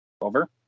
Over